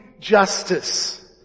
justice